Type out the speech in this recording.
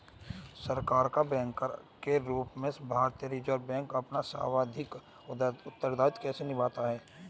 सरकार का बैंकर के रूप में भारतीय रिज़र्व बैंक अपना सांविधिक उत्तरदायित्व कैसे निभाता है?